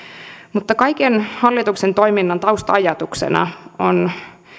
mutta kaiken hallituksen toiminnan tausta ajatuksena on